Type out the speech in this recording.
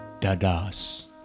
Dadas